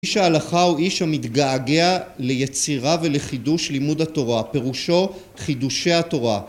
איש ההלכה הוא איש המתגעגע ליצירה ולחידוש לימוד התורה, פירושו חידושי התורה.